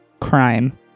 crime